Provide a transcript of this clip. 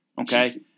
Okay